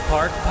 Park